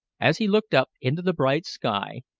as he looked up into the bright sky,